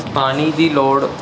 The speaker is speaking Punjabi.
ਪਾਣੀ ਦੀ ਲੋੜ